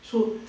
so